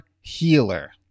healer